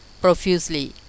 profusely